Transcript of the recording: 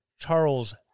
Charles